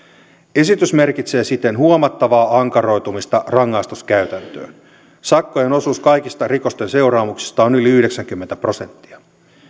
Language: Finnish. esitys merkitsee siten huomattavaa ankaroitumista rangaistuskäytäntöön sakkojen osuus kaikista rikosten seuraamuksista on yli yhdeksänkymmentä prosenttia